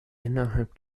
innerhalb